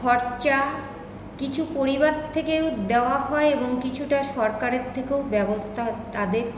খরচা কিছু পরিবার থেকেও দেওয়া হয় এবং কিছুটা সরকারের থেকেও ব্যবস্থা তাদের